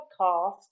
podcast